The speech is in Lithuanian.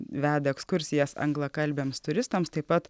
veda ekskursijas anglakalbiams turistams taip pat